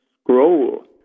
scroll